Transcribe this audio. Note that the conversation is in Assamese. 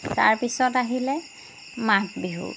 তাৰপিছত আহিলে মাঘ বিহু